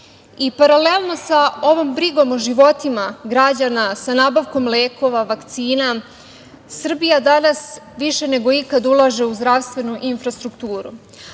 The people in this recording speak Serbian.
sa ovom brigom o životima građana, sa nabavkom lekova, vakcina, Srbija danas više nego ikad ulaže u zdravstvenu infrastrukturu.